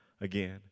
again